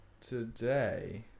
today